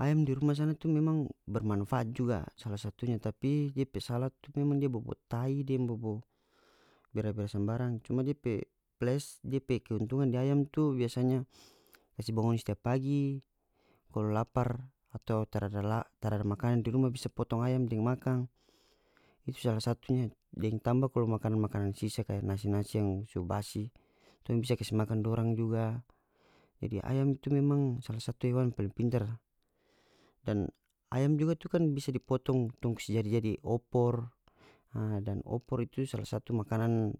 Ayam di rumah sana tu memang bermanfaat juga sala satunya tapi dia pe sala tu memang dia bobou tai deng bobou bera-bera sembarang cuma dia pe ples dia pe keuntungan di ayam tu biasanya kase bangun setiap pagi kalo lapar atau tarada tarada makanan di rumah di rumah bisa potong ayam deng makan itu sala satunya deng tamba kalu makanan-makanan sisa kaya nasi-nasi yang su basi tong bisa kase makan dorang juga jadi ayam tu memang sala satu hewan yang paling pintar dan ayam juga tu kan bisa di potong tong kas jadi-jadi opor nah dan opor itu sala satu makanan